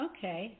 Okay